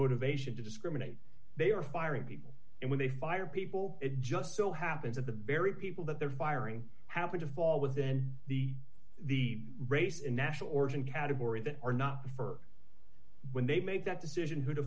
motivation to discriminate they are firing people and when they fire people it just so happens that the very people that their firing happen to fall within the the race in national origin category they are not for when they make that decision who to